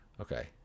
Okay